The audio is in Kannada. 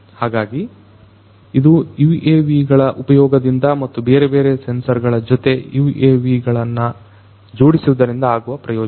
ಹಾಗಾಗಿ ಇದು UAVಗಳ ಉಪಯೋಗದಿಂದ ಮತ್ತು ಬೇರೆ ಬೇರೆ ಸೆನ್ಸರ್ ಗಳ ಜೊತೆ UAV ಗಳನ್ನು ಜೋಡಿಸುವುದರಿಂದ ಆಗುವ ಪ್ರಯೋಜನ